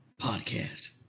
podcast